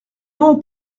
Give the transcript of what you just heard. non